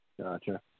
Gotcha